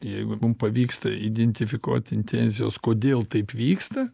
jeigu mum pavyksta identifikuoti intencijos kodėl taip vyksta